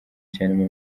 cyane